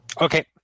Okay